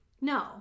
no